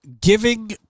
giving